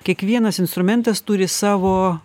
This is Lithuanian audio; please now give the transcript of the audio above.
kiekvienas instrumentas turi savo